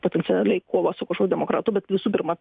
potencialiai kovą su demokratu bet visų pirma